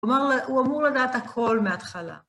כלומר, הוא אמור לדעת הכל מההתחלה.